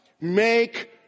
Make